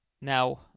Now